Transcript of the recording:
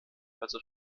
also